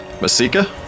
Masika